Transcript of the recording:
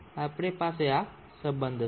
આપણી પાસે આ સંબંધ છે